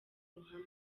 ruhame